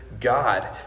God